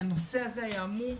שהאולם היה אמור